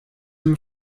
him